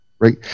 right